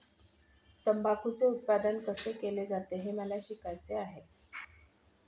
तंबाखूचे उत्पादन कसे केले जाते हे मला शिकायचे आहे